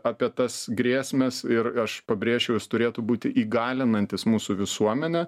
apie tas grėsmes ir aš pabrėžčiau jos turėtų būti įgalinantis mūsų visuomenę